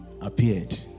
appeared